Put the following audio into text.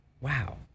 Wow